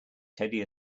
teddy